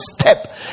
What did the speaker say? step